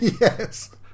Yes